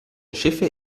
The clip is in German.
schiffe